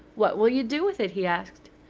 what will you do with it? he asked.